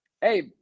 hey